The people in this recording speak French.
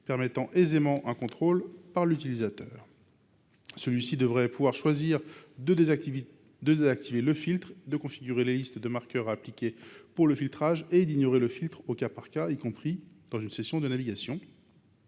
permettant aisément un contrôle par l’utilisateur. Celui ci devrait pouvoir choisir de désactiver le filtre, de configurer les listes de marqueurs à appliquer pour le filtrage et d’ignorer le filtre, au cas par cas, y compris dans une session de navigation,